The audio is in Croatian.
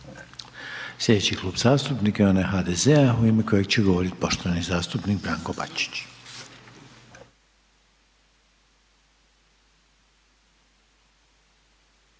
Sljedeći klub zastupnika je onaj HDZ-a u ime kojega će govoriti poštovani zastupnik Branko Bačić.